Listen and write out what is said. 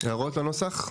הערות לנוסח?